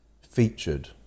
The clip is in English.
featured